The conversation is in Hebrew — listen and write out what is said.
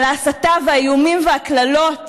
על ההסתה והאיומים והקללות